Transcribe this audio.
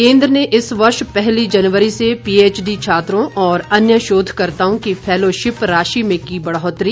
केंद्र ने इस वर्ष पहली जनवरी से पीएचडी छात्रों और अन्य शोधकर्त्ताओं की फैलोशिप राशि में की बढ़ोतरी